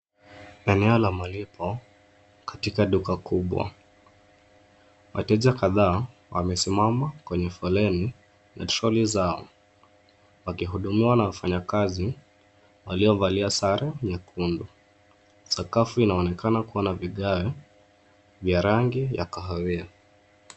Eneo la malipo katika duka kubwa. Wateja kadhaa wamesimama kwenye foleni na toroli zao wakihudumiwa na wafanyikazi waliovalia sare nyekundu. Sakafu inaonekana kuwa na vigae vya rangi ya kahawia.